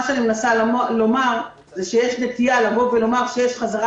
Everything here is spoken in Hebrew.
אני מנסה לומר שיש נטייה לומר שיש חזרה